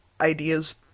ideas